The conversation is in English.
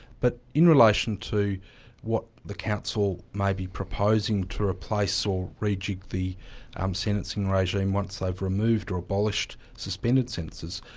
but in relation to what the council may be proposing to replace or rejig the um sentencing regime once they've removed or abolished suspended sentences,